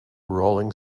rolling